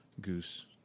Goose